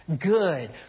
good